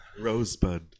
Rosebud